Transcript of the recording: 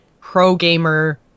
pro-gamer